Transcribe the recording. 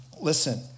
listen